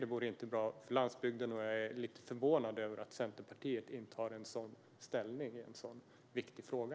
Det vore inte bra för landsbygden, och jag är lite förvånad över att Centerpartiet intar den här ställningen i en sådan viktig fråga.